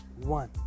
one